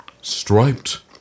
Striped